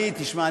תשמע,